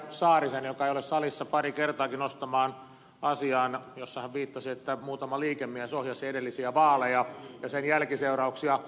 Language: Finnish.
saarisen joka ei ole salissa parikin kertaa esiin nostamaan asiaan jossa hän viittasi että muutama liikemies ohjasi edellisiä vaaleja ja sen jälkiseurauksia